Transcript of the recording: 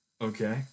Okay